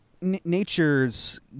nature's